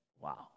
Wow